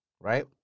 right